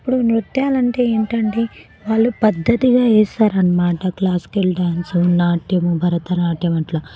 ఇప్పుడు నృత్యాలంటే ఏంటంటే వాళ్ళు పద్దతిగా ఏసారు అన్నమాట క్లాసికల్ డాన్సు నాట్యము భరతనాట్యము అట్లా